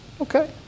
Okay